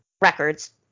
records